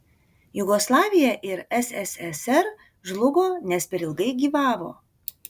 jugoslavija ir sssr žlugo nes per ilgai gyvavo